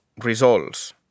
results